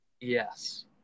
Yes